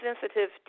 sensitive